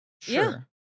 Sure